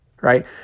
right